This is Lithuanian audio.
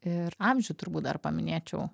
ir amžių turbūt dar paminėčiau